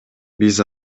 биз